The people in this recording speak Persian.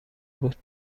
بود